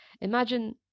imagine